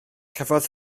cafodd